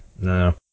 No